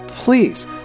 please